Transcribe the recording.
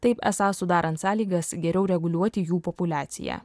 taip esą sudarant sąlygas geriau reguliuoti jų populiaciją